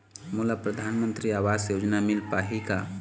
मोला परधानमंतरी आवास योजना मिल पाही का?